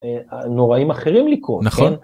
נוראים אחרים לכל נכון.